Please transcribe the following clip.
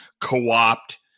co-opt